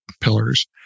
pillars